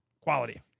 Quality